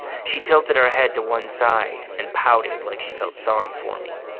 she tilted her head to one side and pouted like she felt sorry for me.